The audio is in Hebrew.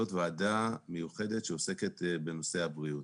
ועדה מיוחדת שעוסקת בנושא הבריאות.